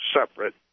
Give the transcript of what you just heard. separate